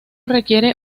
requiere